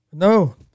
No